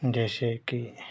जैसे कि